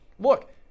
Look